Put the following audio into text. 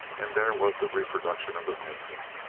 and there was the reproduction of the painting.